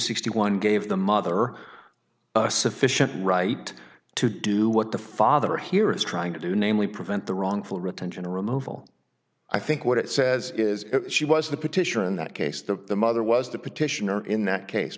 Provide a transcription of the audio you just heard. sixty one gave the mother a sufficient right to do what the father here is trying to do namely prevent the wrongful retention removal i think what it says is she was the petitioner in that case that the mother was the petitioner in that case